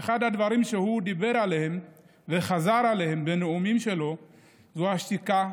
אחד הדברים שהוא דיבר עליהם וחזר עליהם בנאומים שלו זה השתיקה,